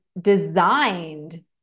designed